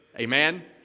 amen